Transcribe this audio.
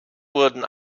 wurden